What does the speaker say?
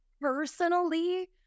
personally